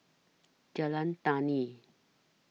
Jalan Tani